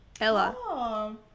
Ella